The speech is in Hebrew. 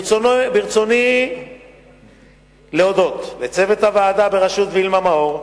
ברצוני להודות לצוות הוועדה בראשות וילמה מאור,